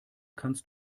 kannst